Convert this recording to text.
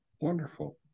Wonderful